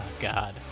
God